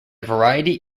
variety